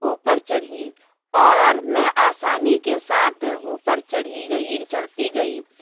اوپر چڑھی اور میں آسانی کے ساتھ اوپر چڑھی گئی چڑھتی گئی